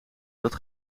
dat